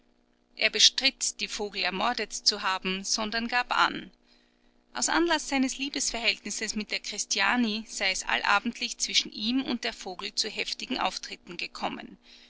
er bestritt die vogel ermordet zu haben sondern gab an aus anlaß seines liebesverhältnisses mit der christiani sei es allabendlich zwischen ihm und der vogel zu heftigen auftritten gekommen